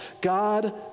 God